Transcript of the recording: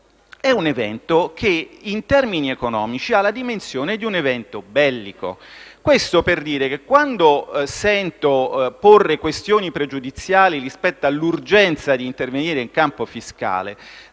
muoviamo in termini economici ha la dimensione di un evento bellico. Questo per dire che, quando sento porre questioni pregiudiziali rispetto all'urgenza d'intervenire in campo fiscale,